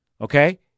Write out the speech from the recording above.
Okay